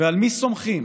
ועל מי סומכים?